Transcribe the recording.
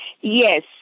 Yes